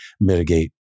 mitigate